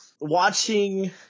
watching